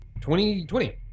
Twenty-twenty